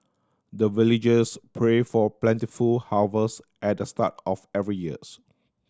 the villagers pray for plentiful harvest at the start of every years